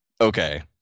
okay